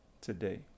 today